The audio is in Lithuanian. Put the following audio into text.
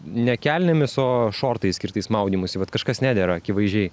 ne kelnėmis o šortais skirtais maudymuisi vat kažkas nedera akivaizdžiai